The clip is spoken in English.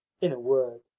in a word,